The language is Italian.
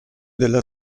della